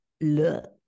look